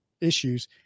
issues